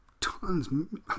tons